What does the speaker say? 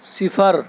صِفر